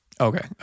Okay